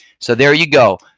so there you go.